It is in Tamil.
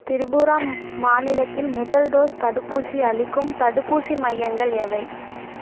திரிபுரா மாநிலத்தில் முதல் டோஸ் தடுப்பூசி அளிக்கும் தடுப்பூசி மையங்கள் எவை